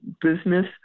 business